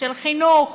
של חינוך?